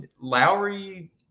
Lowry